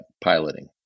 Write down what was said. piloting